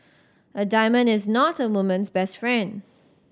a diamond is not a woman's best friend